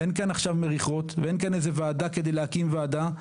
אין כאן עכשיו מריחות ואין כאן ועדה כדי להקים ועדה.